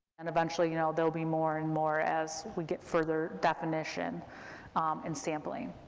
and eventually, you know, there'll be more and more as we get further definition and sampling.